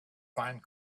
find